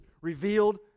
revealed